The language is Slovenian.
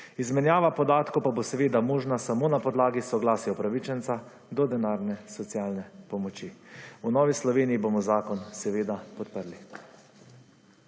Izmenjava podatkov pa bo seveda možna samo na podlagi soglasja upravičenca do denarne socialne pomoči. V Novi Sloveniji bomo zakon seveda podprli.